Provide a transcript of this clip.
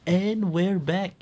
and we're back